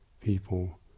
people